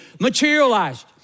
materialized